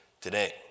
today